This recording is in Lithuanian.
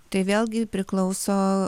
tai vėlgi priklauso